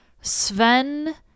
Sven